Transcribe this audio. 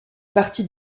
partis